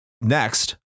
next